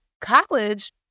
college